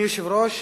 אדוני היושב-ראש,